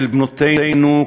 של בנותינו,